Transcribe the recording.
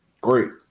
Great